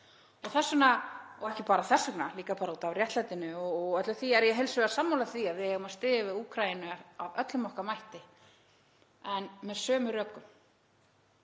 Þess vegna, og ekki bara þess vegna heldur líka bara út af réttlætinu og öllu því, er ég heils hugar sammála því að við eigum að styðja við Úkraínu af öllum okkar mætti en með sömu rökum.